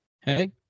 Hey